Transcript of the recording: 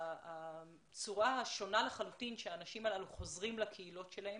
הצורה השונה לחלוטין שהאנשים הללו חוזרים לקהילות שלהם